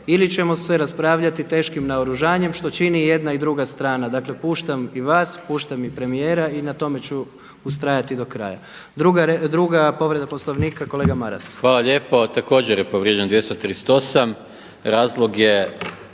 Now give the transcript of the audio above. ili ćemo se raspravljati teškim naoružanjem što čini i jedna i druga strana. Dakle, puštam i vas, puštam i premijera i na tome ću ustrajati do kraja. Druga povreda Poslovnika kolega Maras. **Maras, Gordan (SDP)** Hvala lijepo. Također je povrijeđen 238. Razlog je